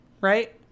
right